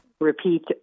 repeat